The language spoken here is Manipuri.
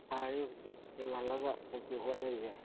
ꯁꯥꯔꯗꯤ ꯍꯧꯖꯤꯛ ꯁ꯭ꯀꯨꯜ ꯍꯜꯂꯛꯑꯒ ꯀꯔꯤ ꯀꯔꯤ ꯍꯣꯠꯅꯔꯤꯒꯦ